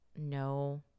no